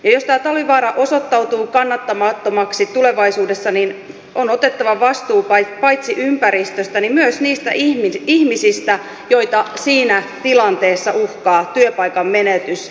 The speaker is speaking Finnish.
jos talvivaara osoittautuu kannattamattomaksi tulevaisuudessa on otettava vastuu paitsi ympäristöstä myös niistä ihmisistä joita siinä tilanteessa uhkaa työpaikan menetys